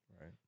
Right